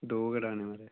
दो गै डाह्न ऐ महाराज